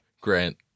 Grant